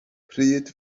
pryd